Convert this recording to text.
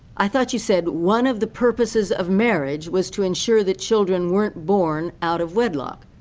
i thought you said one of the purposes of marriage was to ensure that children weren't born out of wedlock,